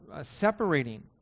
separating